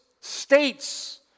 states